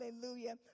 Hallelujah